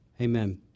amen